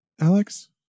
Alex